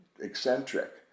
eccentric